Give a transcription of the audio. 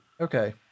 Okay